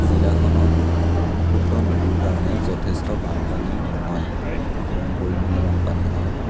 জিলাখনত ব্ৰহ্মপুত্ৰ নদীৰ কাৰণে যথেষ্ট বানপানী নহয় কম পৰিমাণে বানপানী হয়